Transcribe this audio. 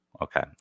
Okay